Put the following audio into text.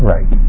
Right